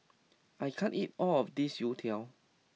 I can't eat all of this Youtiao